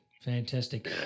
fantastic